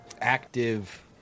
active